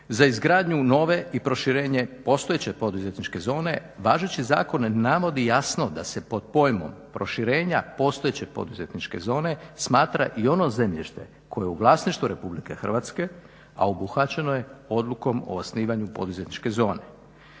za izgradnju nove i proširenje postojeće poduzetničke zone važeći zakon navodi jasno da se pod pojmom proširenja postojeće poduzetničke zone smatra i ono zemljište koje je u vlasništvu Republike Hrvatske, a obuhvaćeno je odlukom o osnivanju poduzetničke zone.